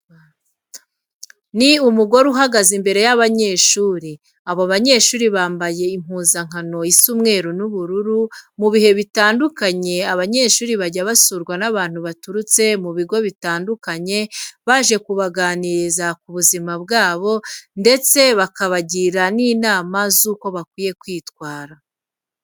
Ni umugore uhagaze imbere y'abanyeshuri, abo banyeshuri bambaye impuzankano isa umweru n'ubururu. Mu bihe bitandukanye abanyeshuri bajya basurwa n'abantu baturutse mu bigo bitandukanye, baje kubaganiriza ku buzima bwabo ndetse no bakabagira n'inama z'uko bakwiye kwitwara.